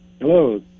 Hello